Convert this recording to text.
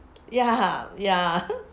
ya ya